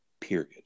Period